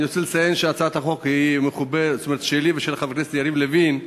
אני רוצה לציין שהצעת החוק היא שלי ושל חבר הכנסת יריב לוין,